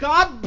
God